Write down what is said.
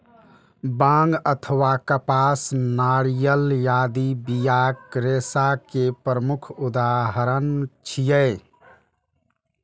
बांग अथवा कपास, नारियल आदि बियाक रेशा के प्रमुख उदाहरण छियै